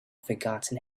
forgotten